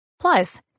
plus